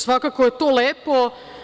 Svakako je to lepo.